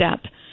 step